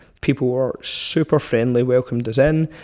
people were super friendly, welcomed us in.